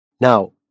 Now